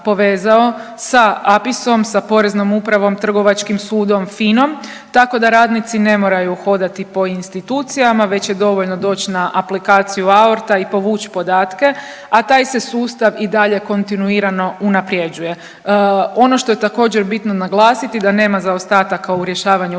povezao sa APIS-om, sa poreznom upravom, trgovačkim sudom, FINA-om, tako da radnici ne moraju hodati po institucijama već je dovoljno doć na aplikaciju AORT-a i povuć podatke, a taj se sustav i dalje kontinuirano unaprjeđuje. Ono što je također bitno naglasiti da nema zaostataka u rješavanju